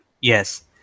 yes